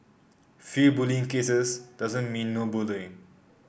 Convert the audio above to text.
few bullying cases doesn't mean no bullying